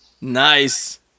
Nice